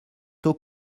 taux